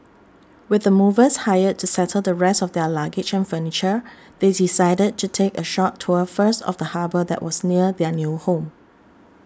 with the movers hired to settle the rest of their luggage and furniture they decided to take a short tour first of the harbour that was near their new home